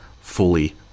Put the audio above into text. fully